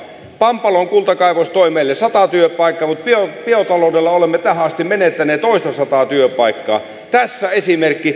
pampalon kultakaivos toi meille sata työpaikkaa mutta biotaloudessa olemme tähän asti menettäneet toistasataa työpaikkaa tässä esimerkki